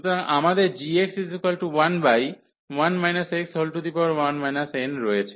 সুতরাং আমাদের gx11 x1 n রয়েছে